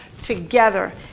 together